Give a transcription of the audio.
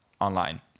online